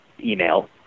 email